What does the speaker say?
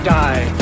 die